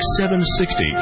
760